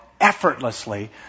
effortlessly